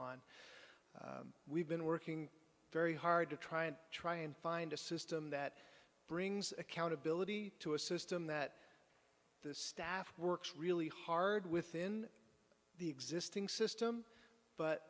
on we've been working very hard to try and try and find a system that brings accountability to a system that the staff works really hard within the existing system but